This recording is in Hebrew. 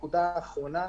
הנקודה האחרונה,